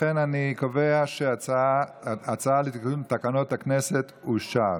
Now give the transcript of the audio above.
לכן אני קובע שההצעה לתיקונים בתקנון הכנסת אושרה.